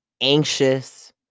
anxious